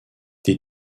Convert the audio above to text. des